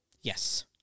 yes